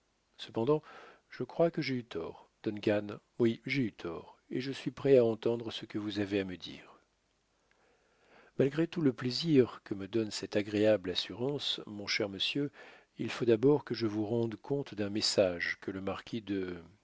cependant je crois que j'ai eu tort duncan oui j'ai eu tort et je suis prêt à entendre ce que vous avez à me dire malgré tout le plaisir que me donne cette agréable assurance mon cher monsieur il faut d'abord que je vous rende compte d'un message que le marquis de